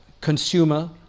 consumer